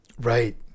right